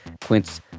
Quince